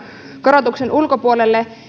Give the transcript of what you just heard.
korotuksen ulkopuolelle